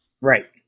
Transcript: Right